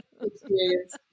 experience